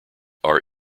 are